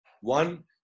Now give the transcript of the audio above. One